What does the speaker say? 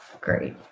great